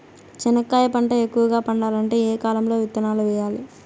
చెనక్కాయ పంట ఎక్కువగా పండాలంటే ఏ కాలము లో విత్తనాలు వేయాలి?